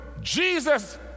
Jesus